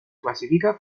clasifica